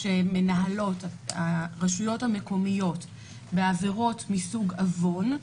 שמנהלות הרשויות המקומיות בעבירות מסוג עוון.